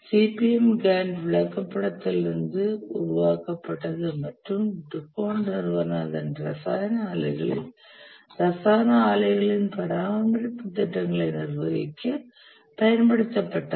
CPM Gantt விளக்கப்படத்திலிருந்து உருவாக்கப்பட்டது மற்றும் டுபோன்ட் நிறுவனம் அதன் ரசாயன ஆலைகளில் ரசாயன ஆலைகளின் பராமரிப்பு திட்டங்களை நிர்வகிக்க பயன்படுத்தப்பட்டது